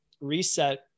reset